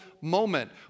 moment